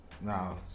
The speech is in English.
No